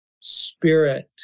Spirit